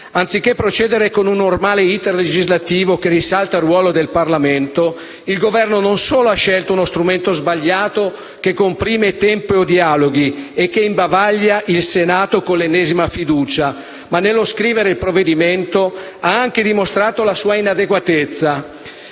Anziché procedere con un normale *iter* legislativo che risalta il ruolo al Parlamento, il Governo non solo ha scelto uno strumento sbagliato, che comprime tempi e dialoghi e imbavaglia il Senato nell'ennesima fiducia. Nello scrivere il provvedimento ha anche dimostrato la sua inadeguatezza.